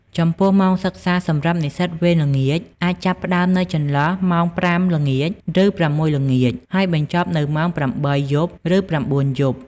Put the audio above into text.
ចំពោះម៉ោងសិក្សាសម្រាប់និស្សិតវេនល្ងាច អាចចាប់ផ្តើមនៅចន្លោះម៉ោង ៥ ល្ងាច ឬ ៦ ល្ងាច ហើយបញ្ចប់នៅម៉ោង ៨ យប់ ឬ ៩ យប់។